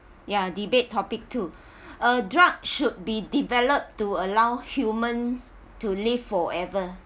ya debate topic two a drug should be developed to allow humans to live forever